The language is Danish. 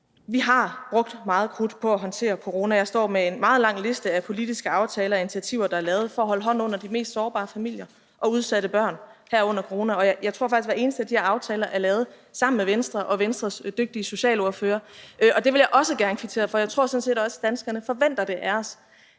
vi har brugt meget krudt på at håndtere corona, og jeg står med en meget lang liste af politiske aftaler og initiativer, der er lavet for at holde hånden under de mest sårbare familier og udsatte børn her under corona. Jeg tror faktisk, at hver eneste af de aftaler, der er lavet, er lavet sammen med Venstre og Venstres dygtige socialordfører, og det vil jeg også gerne kvittere for. Jeg tror sådan set også, at danskerne forventer af os,